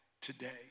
today